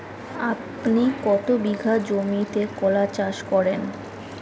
আপনি কত বিঘা জমিতে কলা চাষ করেন?